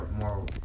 more